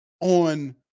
on